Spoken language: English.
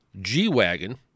G-Wagon